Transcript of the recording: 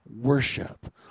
Worship